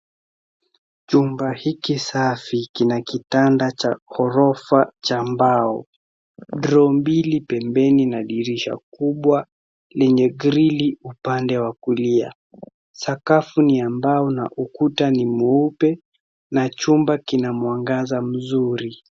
Chumba hiki safi kina kitanda cha orofa cha mbao. Rumi mbili pembeni na dirisha kubwa lenye grili upande wa kulia. Sakafu ni ya mbao na ukuta ni mweupe na chumba kina mwangaza mzu ri.